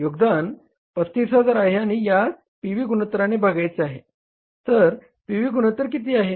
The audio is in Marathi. तर योगदान 35000 आहे आणि यास पी व्ही गुणोत्तराने भागायचे आहे तर पी व्ही गुणोत्तर किती आहे